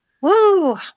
Woo